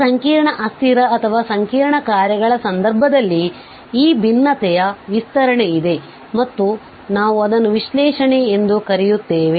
ಈ ಸಂಕೀರ್ಣ ಅಸ್ಥಿರ ಅಥವಾ ಸಂಕೀರ್ಣ ಕಾರ್ಯಗಳ ಸಂದರ್ಭದಲ್ಲಿ ಈ ಭಿನ್ನತೆಯ ವಿಸ್ತರಣೆಯಿದೆ ಮತ್ತು ನಾವು ಅದನ್ನು ವಿಶ್ಲೇಷಣೆ ಎಂದು ಕರೆಯುತ್ತೇವೆ